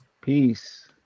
Peace